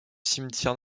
cimetière